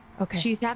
Okay